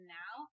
now